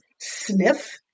sniff